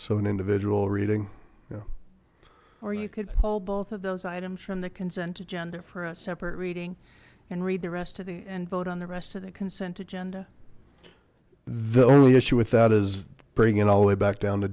so an individual reading or you could call both of those items from the consent agenda for a separate reading and read the rest of the and vote on the rest of the consent agenda the only issue with that is bring it all the way back down to